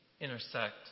intersect